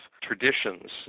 traditions